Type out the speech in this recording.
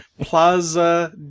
plaza